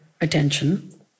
attention